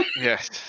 Yes